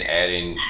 adding